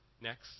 next